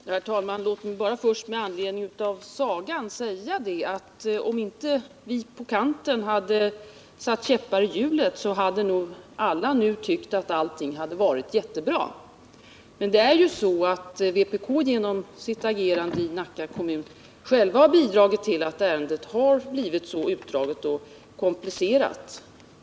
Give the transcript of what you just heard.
Herr talman! Låt mig bara först med anledning av sagan säga att om ViPåKanterna inte hade satt käppar i hjulet, hade nog alla tyckt att allting var jättebra. Men det är ju så att man i vpk genom sitt agerande i Nacka kommun själv har bidragit till att behandlingen av ärendet har blivit så utdragen och komplicerad.